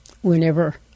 whenever